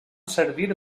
servir